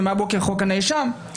ומהבוקר חוק הנאשם,